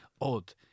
odd